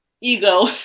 ego